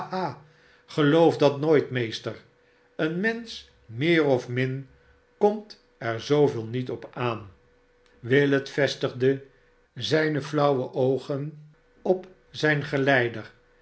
ha geloof dat nooit meester een mensch meer of min komt er zooveel niet op aan willet vestigde zijne flauwe oogen op zijn geleider